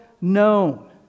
known